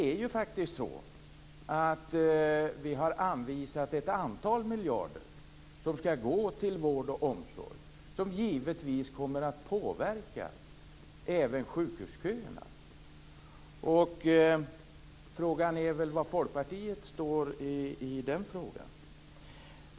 Vi har faktiskt anvisat ett antal miljarder som skall gå till vård och omsorg och som givetvis kommer att påverka även sjukhusköerna. Frågan är väl i stället var Folkpartiet står i det avseendet.